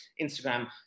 Instagram